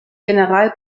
general